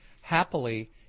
happily